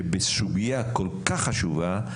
שבסוגיה כל כך חשובה,